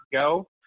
go